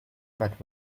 but